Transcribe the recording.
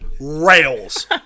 rails